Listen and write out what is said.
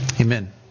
Amen